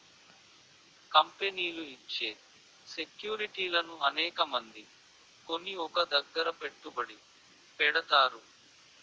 కంపెనీలు ఇచ్చే సెక్యూరిటీలను అనేకమంది కొని ఒక దగ్గర పెట్టుబడి పెడతారు